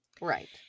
right